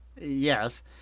Yes